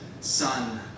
Son